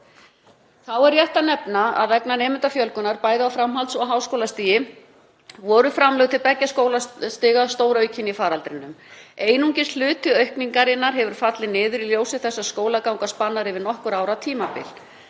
Þá er rétt að nefna að vegna nemendafjölgunar bæði á framhaldsskóla- og háskólastigi voru framlög til beggja skólastiga stóraukin í faraldrinum. Einungis hluti aukningarinnar hefur fallið niður í ljósi þess að skólaganga spannar yfir nokkurra ára tímabil